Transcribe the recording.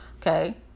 okay